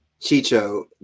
chicho